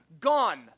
gone